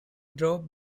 drop